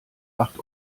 acht